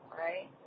right